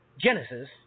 Genesis